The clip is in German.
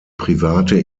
private